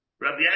Rabbi